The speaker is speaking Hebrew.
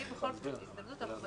בכל הזדמנות אנחנו מציגים אותם.